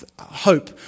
hope